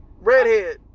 redhead